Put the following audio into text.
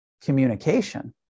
communication